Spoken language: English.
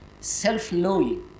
self-knowing